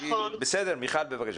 מיכל, בבקשה.